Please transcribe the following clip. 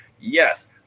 Yes